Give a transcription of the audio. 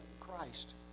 Christ